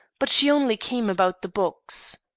but she only came about the box.